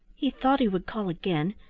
he thought he would call again,